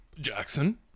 Jackson